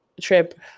trip